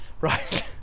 Right